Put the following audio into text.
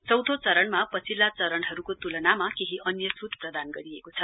चौथो चरणमा पछिल्ला चरणहरूको तुलनामा केही अन्य छूट प्रदान गरिएको छ